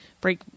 break